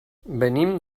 venim